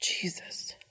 Jesus